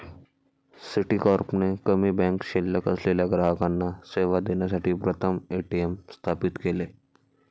Citicorp ने कमी bank शिल्लक असलेल्या ग्राहकांना सेवा देण्यासाठी प्रथम ए.टी.एम स्थापित केले